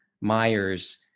Myers